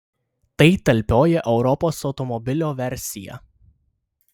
tai talpioji europos automobilio versija